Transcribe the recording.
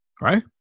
right